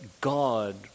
God